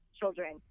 children